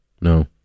No